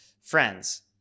friends